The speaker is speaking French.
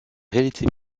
réalité